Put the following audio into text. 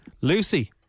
Lucy